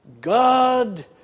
God